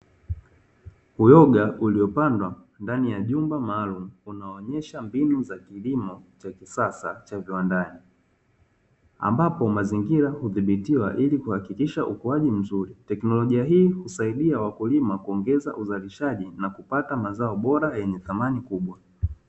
Uyoga uliyopandwa ndani ya jumba maalumu, unaonyesha mbinu za kilimo cha kisasa cha viwandani. Ambapo mazingira hudhibitiwa ili kuhakikisha ukuaji mzuri, teknolojia hii husaidia wakulima kuongeza uzalishaji na kupata mazao bora yenye thamani kubwa.